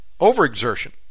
overexertion